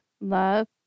love